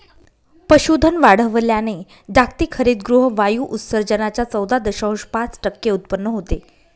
पशुधन वाढवल्याने जागतिक हरितगृह वायू उत्सर्जनाच्या चौदा दशांश पाच टक्के उत्पन्न होते